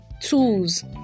tools